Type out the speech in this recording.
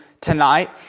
tonight